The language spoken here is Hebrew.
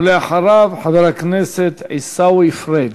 ולאחריו, חבר הכנסת עיסאווי פריג'.